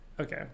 Okay